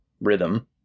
rhythm